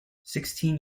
sixteen